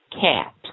cat